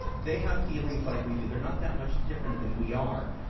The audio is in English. they have feelings like we do. they're not that much different than we are,